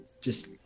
just-